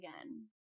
again